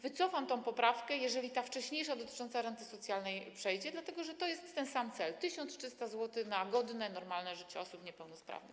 Wycofam tę poprawkę, jeżeli ta wcześniejsza, dotycząca renty socjalnej przejdzie, dlatego że to jest ten sam cel - 1300 zł na godne, normalne życie osób niepełnosprawnych.